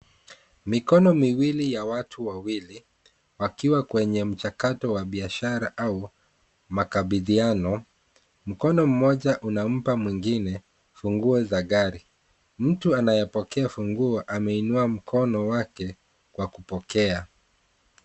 Mikono miwili ya watu wawili wakiwa kwenye mchakato wa biashara au makabidhiano. Mkono mmoja unampa mwingine, funguo za gari. Mtu anayepokea funguo ameinua mkono wake kwa kupokea.